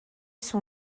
son